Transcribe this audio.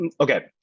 okay